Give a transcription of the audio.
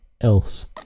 else